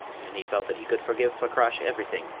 and he felt that he could forgive fakrash everything,